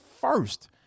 first